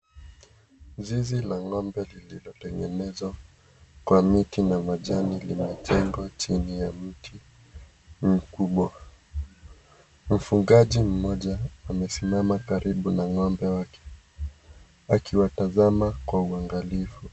Zizi la ng'ombe lililo tengenezwa kwa miti na majani limejengwa chini ya mti mkubwa, mfugaji mmoja amesimama karibu na ng'ombe wake akiwatazama kwa uangalifu.